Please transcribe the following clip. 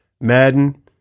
Madden